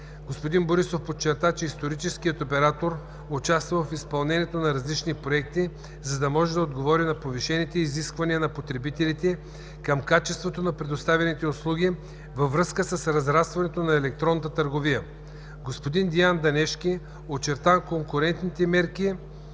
Господин Борисов подчерта, че историческият оператор участва в изпълнението на различни проекти, за да може да отговори на повишените изисквания на потребителите към качеството на предоставяните услуги във връзка с разрастването на електронната търговия. Господин Деян Дънешки очерта конкретните мерки,